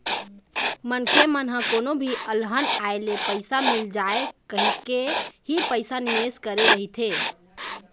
मनखे मन ह कोनो भी अलहन आए ले पइसा मिल जाए कहिके ही पइसा निवेस करे रहिथे